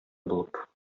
булып